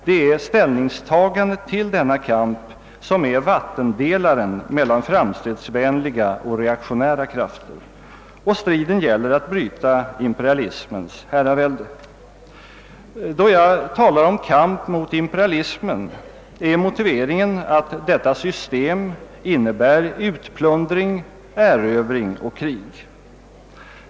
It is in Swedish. Det är ställningstagandet i denna kamp som är vattendelaren mellan framstegsvänliga och reaktionära krafter. Striden gäller att bryta imperialismens herravälde. Då jag talar om kamp mot imperialismen är motiveringen att detta system innebär utplundring, erövring och krig.